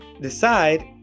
decide